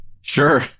Sure